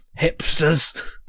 Hipsters